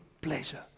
Pleasure